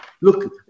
Look